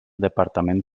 departament